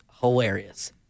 hilarious